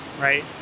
right